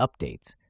updates